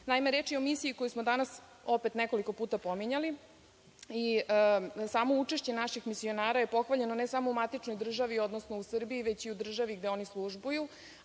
misija. Naime, reči o misiji koju smo danas opet nekoliko puta pominjali i samo učešće naših misionara je pohvaljeno ne samo u matičnoj državi, odnosno u Srbiji, već i u državi gde oni službuju,